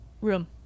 Room